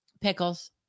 Pickles